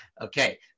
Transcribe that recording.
okay